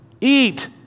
Eat